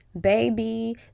baby